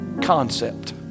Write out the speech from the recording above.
concept